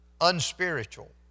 unspiritual